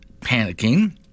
panicking